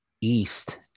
east